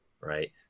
right